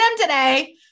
today